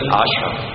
ashram